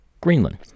Greenland